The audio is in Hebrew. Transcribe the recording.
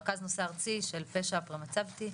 רכז נושא ארצי של פשע פרמצבטי.